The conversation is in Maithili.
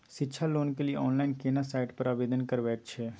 शिक्षा लोन के लिए ऑनलाइन केना साइट पर आवेदन करबैक छै?